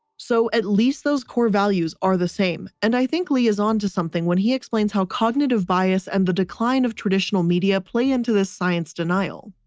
so at least those core values are the same. and i think lee is onto something when he explains how cognitive bias and the decline of traditional media play into the science denial.